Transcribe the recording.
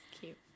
Cute